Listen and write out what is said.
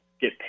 get